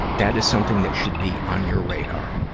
that is something that should be on your radar.